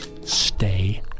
stay